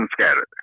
scattered